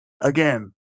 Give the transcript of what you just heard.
again